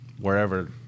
wherever